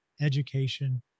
education